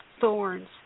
thorns